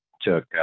took